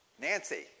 Nancy